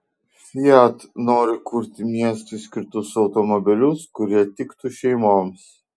fiat nori kurti miestui skirtus automobilius kurie tiktų šeimoms